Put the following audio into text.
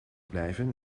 blijven